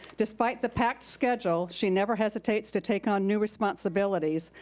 despite the packed schedule, she never hesitates to take on new responsibilities,